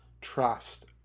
trust